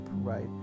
right